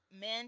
men